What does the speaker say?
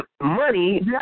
money